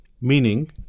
Meaning